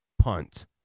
punt